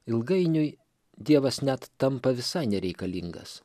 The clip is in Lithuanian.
ilgainiui dievas net tampa visai nereikalingas